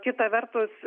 kita vertus